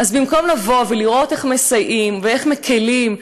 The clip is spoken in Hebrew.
אז במקום לראות איך מסייעים ואיך מקילים,